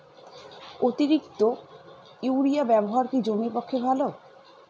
অতিরিক্ত ইউরিয়া ব্যবহার কি জমির পক্ষে ভালো?